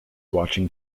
watching